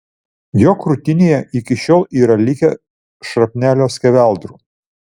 jo krūtinėje iki šiol yra likę šrapnelio skeveldrų